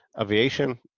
aviation